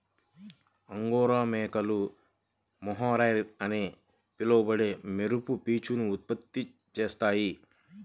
angora మేకలు mohair అని పిలువబడే మెరుపు పీచును ఉత్పత్తి చేస్తాయి